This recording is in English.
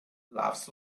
laughs